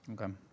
Okay